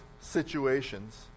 situations